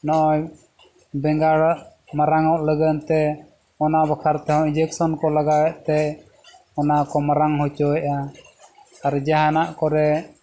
ᱱᱚᱜᱼᱚᱭ ᱵᱮᱸᱜᱟᱲ ᱢᱟᱨᱟᱝ ᱚᱜ ᱞᱟᱹᱜᱤᱫ ᱛᱮ ᱚᱱᱟ ᱵᱟᱠᱷᱨᱟ ᱛᱮᱦᱚᱸ ᱤᱧᱡᱮᱠᱥᱚᱱ ᱠᱚ ᱞᱟᱜᱟᱣᱮᱫ ᱛᱮ ᱚᱱᱟ ᱠᱚ ᱢᱟᱨᱟᱝ ᱦᱚᱪᱚᱭᱮᱫᱼᱟ ᱟᱨ ᱡᱟᱦᱟᱱᱟᱜ ᱠᱚᱨᱮ